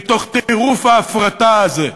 מתוך טירוף ההפרטה הזה,